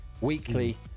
weekly